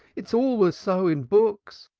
it is always so in books.